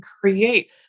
create